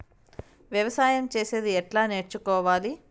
వ్యవసాయం చేసేది ఎట్లా నేర్చుకోవాలి?